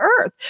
earth